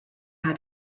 how